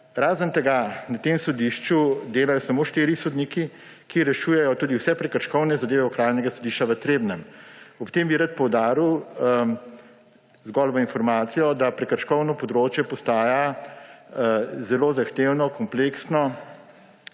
Razen tega na tem sodišču delajo samo štiri sodniki, ki rešujejo tudi vse prekrškovne zadeve Okrajnega sodišča v Trebnjem. Ob tem bi rad poudaril zgolj v informacijo, da prekrškovno področje postaja zelo zahtevno, kompleksno,